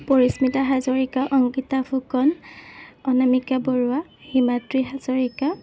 Parismita Hazarika Ankita Phukan Anamika Baruah Himadri Hazarika